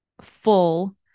full